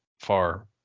far